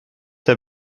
der